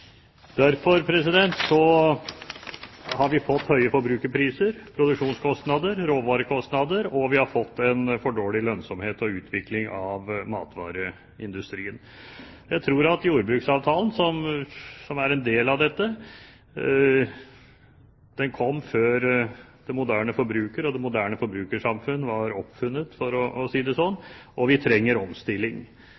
Derfor har vi fått høye forbrukerpriser, produksjonskostnader og råvarekostnader, og vi har fått en for dårlig lønnsomhet og utvikling i matvareindustrien. Jordbruksavtalen, som er en del av dette, kom før den moderne forbruker og det moderne forbrukersamfunn var oppfunnet, for å si det sånn,